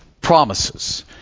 Promises